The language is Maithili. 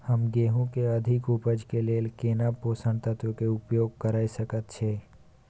हम गेहूं के अधिक उपज के लेल केना पोषक तत्व के उपयोग करय सकेत छी?